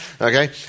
okay